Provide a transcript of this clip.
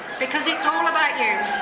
because it's all about you.